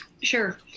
Sure